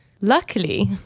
Luckily